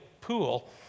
Pool